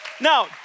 Now